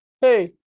hey